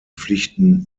pflichten